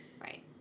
Right